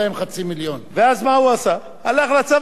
הלך לצבא, הצבא שילם את כל 3 המיליון.